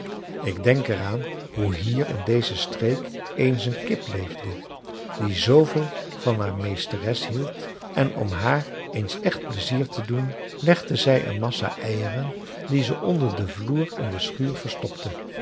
ik denk er aan hoe hier in deze streek eens een kip leefde die zooveel van haar meesteres hield en om haar eens echt pleizier te doen legde zij een massa eieren die ze onder den vloer in de schuur verstopte